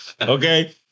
Okay